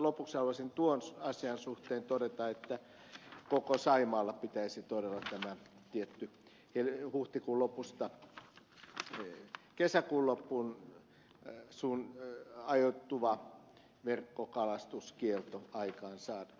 lopuksi haluaisin tuon asian suhteen todeta että koko saimaalla pitäisi todella tämä huhtikuun lopusta kesäkuun loppuun ajoittuva verkkokalastuskielto aikaansaada